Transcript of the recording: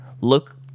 look